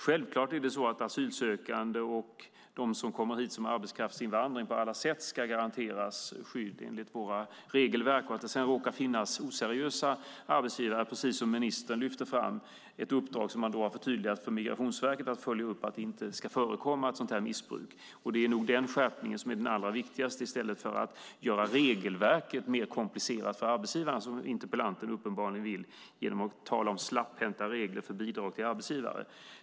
Självklart ska asylsökande och de som kommer hit som arbetskraftsinvandrare på alla sätt garanteras skydd enligt våra regelverk. Sedan finns det, precis som ministern lyfte fram, också oseriösa arbetsgivare. Man har förtydligat uppdraget för Migrationsverket att följa upp detta så att det inte förekommer ett sådant missbruk. Det är nog den skärpningen som är allra viktigast, inte att göra regelverket mer komplicerat för arbetsgivare, vilket interpellanten uppenbarligen vill när hon talar om slapphänta regler för bidrag till arbetsgivare.